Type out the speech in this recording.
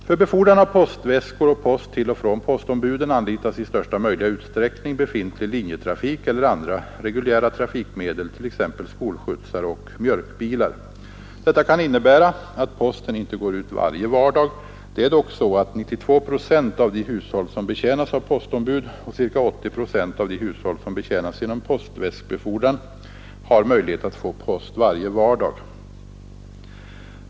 För befordran av postväskor och post till och från postombuden anlitas i största möjliga utsträckning befintlig linjetrafik eller andra reguljära trafikmedel, t.ex. skolskjutsar och mjölkbilar. Detta kan innebära att posten inte går ut varje vardag. Det är dock så att 92 procent av de hushåll som betjänas av postombud och ca 80 procent av de hushåll som betjänas genom postväskbefordran har möjlighet att få post varje vardag.